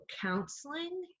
counseling